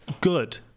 good